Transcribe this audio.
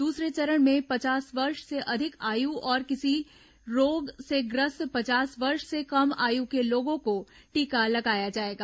दूसरे चरण में पचास वर्ष से अधिक आयु और किसी रोग से ग्रस्त पचास वर्ष से कम आयु के लोगों को टीका लगाया जाएगा